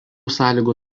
sąlygų